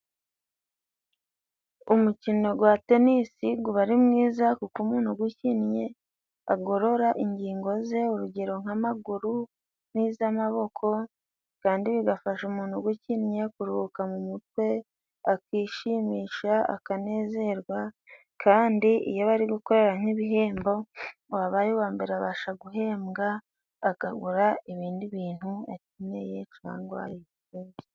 Umukino wa tenisi uba ari mwiza, kuko umuntu uwukinnye agorora ingingo ze, urugero nk'amaguru n'iz'amaboko, kandi bigafasha umuntu uwukinnye kuruhuka mu mutwe, akishimisha, akanezerwa. Kandi iyo bari gukorera nk'ibihembo, uwabaye uwa mbere abasha guhembwa, akagura ibindi bintu akeneye, cyangwa bya ngombwa.